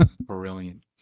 Brilliant